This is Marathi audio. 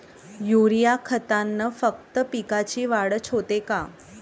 युरीया खतानं फक्त पिकाची वाढच होते का?